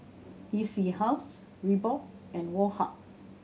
E C House Reebok and Woh Hup